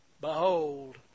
Behold